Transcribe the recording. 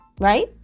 right